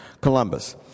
Columbus